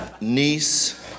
niece